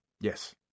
Yes